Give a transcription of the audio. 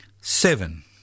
seven